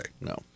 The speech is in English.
No